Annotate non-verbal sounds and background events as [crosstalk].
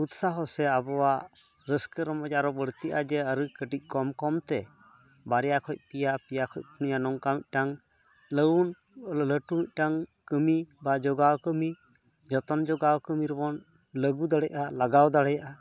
ᱩᱛᱥᱟᱦᱚ ᱥᱮ ᱟᱵᱚᱣᱟᱜ ᱨᱟᱹᱥᱠᱟᱹ ᱨᱚᱢᱚᱸᱡᱽ ᱟᱨᱚ ᱵᱟᱹᱲᱛᱤᱼᱟ ᱡᱮ ᱟᱨᱚ ᱠᱟᱹᱴᱤᱡ ᱠᱚᱢ ᱠᱚᱢᱛᱮ ᱵᱟᱨᱭᱟ ᱠᱷᱚᱡ ᱯᱮᱭᱟ ᱯᱮᱭᱟ ᱠᱷᱚᱡ ᱯᱩᱱᱭᱟ ᱱᱚᱝᱠᱟ ᱢᱤᱫᱴᱟᱝ [unintelligible] ᱞᱟᱹᱴᱩ ᱢᱤᱫᱴᱟᱝ ᱠᱟᱹᱢᱤ ᱵᱟ ᱡᱳᱜᱟᱣ ᱠᱟᱹᱢᱤ ᱡᱚᱛᱚᱱ ᱡᱳᱜᱟᱣ ᱠᱟᱹᱢᱤ ᱨᱮᱵᱚᱱ ᱞᱟᱹᱜᱩ ᱫᱟᱲᱮᱼᱟ ᱞᱟᱜᱟᱣ ᱫᱟᱲᱮᱜᱼᱟ